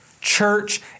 Church